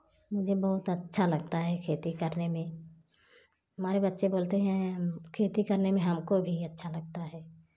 मुझे बहुत अच्छा लगता है खेती करने में हमारे बच्चे बोलते हैं खेती करने में हमको भी अच्छा लगता है